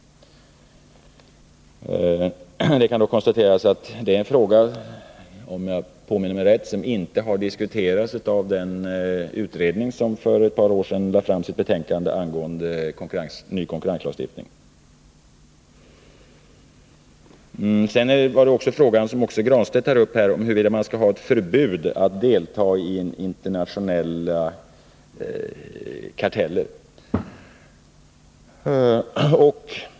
Det kan konstateras att detta är en fråga som — om jag påminner mig rätt — inte diskuterats av den utredning som för ett par år sedan lade fram ett betänkande om ny konkurrenslagstiftning. Sedan gällde det frågan — som också Pär Granstedt tog upp — om huruvida man kan ha ett förbud mot att delta i internationella karteller.